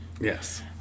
Yes